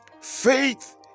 faith